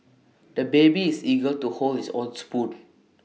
the baby is eager to hold his own spoon